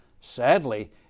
Sadly